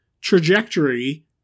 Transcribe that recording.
trajectory